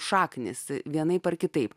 šaknys vienaip ar kitaip